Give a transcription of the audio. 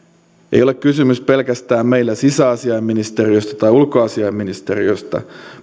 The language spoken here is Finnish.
ei ole kysymys pelkästään meidän sisäasiainministeriöstä tai ulkoasiainministeriöstä